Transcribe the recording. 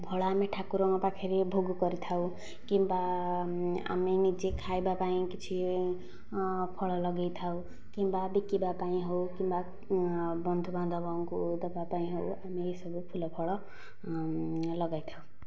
ଫଳ ଆମେ ଠାକୁରଙ୍କ ପାଖରେ ଭୋଗ କରିଥାଉ କିମ୍ବା ଆମେ ନିଜେ ଖାଇବା ପାଇଁ କିଛି ଫଳ ଲଗେଇ ଥାଉ କିମ୍ବା ବିକିବା ପାଇଁ ହେଉ କିମ୍ବା ବନ୍ଧୁବାନ୍ଧବଙ୍କୁ ଦେବା ପାଇଁ ହେଉ ଆମେ ଏଇ ସବୁ ଫୁଲଫଳ ଲଗାଇ ଥାଉ